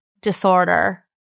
disorder